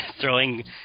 throwing